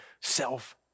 self